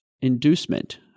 inducement